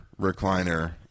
recliner